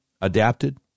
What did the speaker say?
Adapted